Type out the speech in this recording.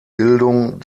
bildung